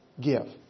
give